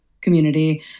community